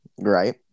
Right